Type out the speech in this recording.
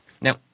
now